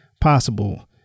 possible